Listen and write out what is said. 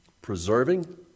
preserving